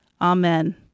Amen